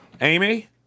Amy